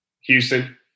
houston